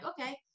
okay